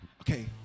Okay